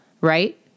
right